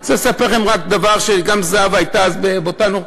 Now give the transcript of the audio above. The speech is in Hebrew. אני רוצה לספר לכם רק דבר גם זהבה הייתה אז אתנו,